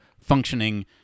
functioning